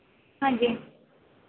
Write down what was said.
ਹਾਂਜੀ